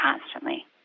constantly